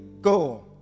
Go